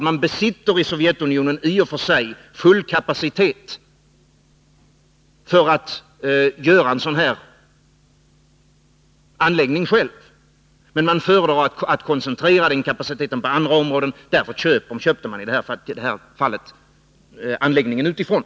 Man besitter alltså kapacitet att själv bygga anläggningen i fråga, men man föredrar att koncentrera den kapaciteten till andra områden. Därför köpte man anläggningen utifrån.